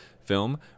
film